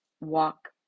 walk